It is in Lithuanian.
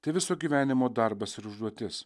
tai viso gyvenimo darbas ir užduotis